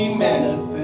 manifest